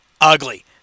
ugly